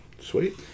Sweet